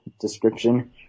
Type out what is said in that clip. description